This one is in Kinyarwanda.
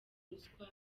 ruswa